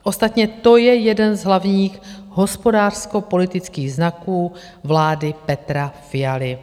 Ostatně to je jeden z hlavních hospodářskopolitických znaků vlády Petra Fialy.